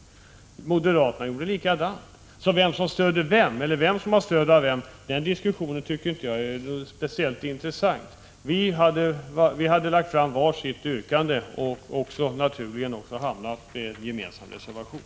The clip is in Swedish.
Moderaterna gjorde likadant. Att diskutera vem som har stöd av vem tycker jag därför inte är speciellt intressant. Vi hade ställt var sitt yrkande med samma innebörd och hamnade naturligen i en gemensam reservation.